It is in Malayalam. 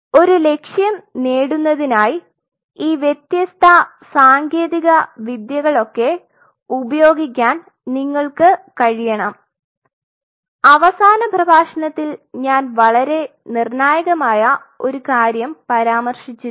ഒരു ലക്ഷ്യം നേടുന്നതിനായി ഈ വ്യത്യസ്ത സാങ്കേതിക വിദ്യകളൊക്കെ ഉപയോഗിക്കാൻ നിങ്ങൾക്ക് കഴിയണം അവസാന പ്രഭാഷണത്തിൽ ഞാൻ വളരെ നിർണായകമായ ഒരു കാര്യം പരാമർശിചിരുന്നു